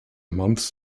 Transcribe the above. months